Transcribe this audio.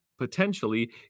potentially